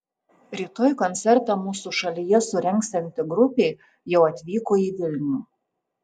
rytoj koncertą mūsų šalyje surengsianti grupė jau atvyko į vilnių